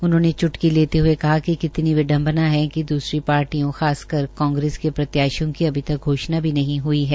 उन्होंने च्टकी लेते हए कहा कि कितनी विडंबना है कि द्रसरी पार्टियों खासकर कांग्रेस के प्रत्याशियों की अभी तक घोषणा भी नहीं हई है